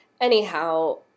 Anyhow